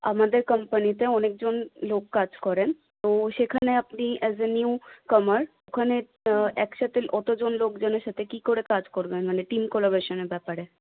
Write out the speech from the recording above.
আমাদের কোম্পানিতে অনেক জন লোক কাজ করেন তো সেখানে আপনি অ্যাজ এ নিউকামার ওখানে একসাথে অতজন লোকজনের সাথে কী করে কাজ করবেন মানে টিম কোলাবরেশনের ব্যাপারে